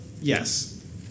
yes